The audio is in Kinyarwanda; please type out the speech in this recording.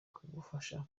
kubafasha